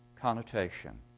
connotation